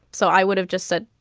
so i would have just said,